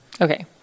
okay